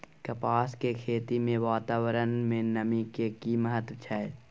कपास के खेती मे वातावरण में नमी के की महत्व छै?